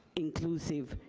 inclusive,